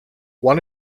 one